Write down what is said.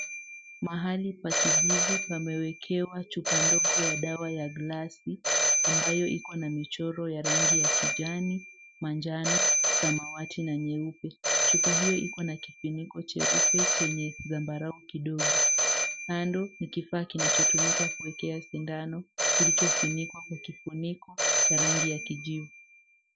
Mahali pa kijivu pamewekewa chupa ndogo ya glasi ambayo iko na michoro ya rangi ya kijani, manjano, samawati na nyeupe chupa hio iko na kifuniko cheupe chenye zambarau kidogo kando ni kifaa chenye kinachotumika kuekea sindano kilichofunikwa kwa kifiniko cha rangi ya kijivu.